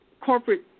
corporate